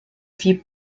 fit